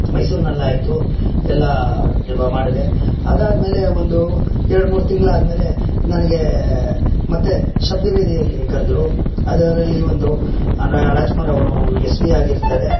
ಮೈಸೂರಿನಲ್ಲಾಯಿತು ಎಲ್ಲ ಮಾಡಿದೆ ಅದಾದ್ಮೇಲೆ ಒಂದು ಎರಡು ಮೂರು ತಿಂಗಳಾದ್ಮೇಲೆ ನನಗೆ ಮತ್ತೆ ಶಬ್ದವೇಧಿಯಲ್ಲಿ ಕರೆದ್ರು ಅದರಲ್ಲಿ ಒಂದು ರಾಜ್ಕುಮಾರ್ ಅವರು ಎಸ್ ಪಿ ಆಗಿರ್ತಾರೆ